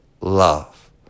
love